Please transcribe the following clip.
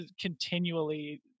continually